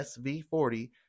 SV40